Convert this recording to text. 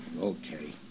Okay